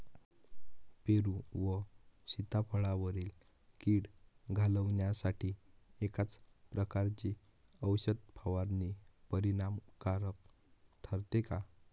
पेरू व सीताफळावरील कीड घालवण्यासाठी एकाच प्रकारची औषध फवारणी परिणामकारक ठरते का?